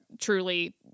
truly